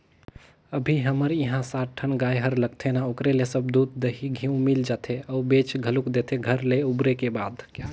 अभी हमर इहां सात ठन गाय हर लगथे ना ओखरे ले सब दूद, दही, घींव मिल जाथे अउ बेंच घलोक देथे घर ले उबरे के बाद